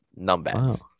Numbats